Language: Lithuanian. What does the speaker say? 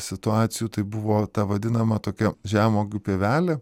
situacijų tai buvo ta vadinama tokia žemuogių pievelė